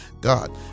God